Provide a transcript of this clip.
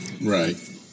Right